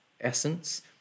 essence